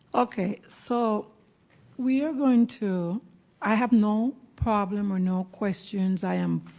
okay. so we are going to i have no problem or no questions. i am